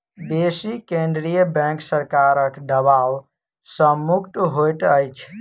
बेसी केंद्रीय बैंक सरकारक दबाव सॅ मुक्त होइत अछि